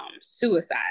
suicide